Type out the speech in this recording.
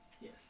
Yes